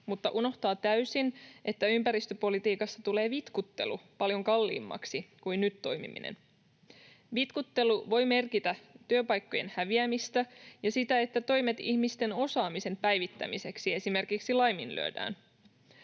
mutta unohtaa täysin, että ympäristöpolitiikassa tulee vitkuttelu paljon kalliimmaksi kuin nyt toimiminen. Vitkuttelu voi merkitä työpaikkojen häviämistä ja sitä, että toimet ihmisten osaamisen päivittämiseksi esimerkiksi laiminlyödään.